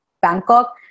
Bangkok